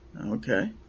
Okay